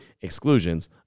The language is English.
exclusions